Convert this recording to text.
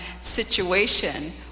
situation